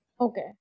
okay